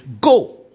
go